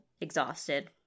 exhausted